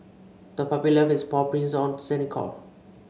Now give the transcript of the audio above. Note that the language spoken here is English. the puppy left its paw prints on the sandy shore